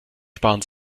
sparen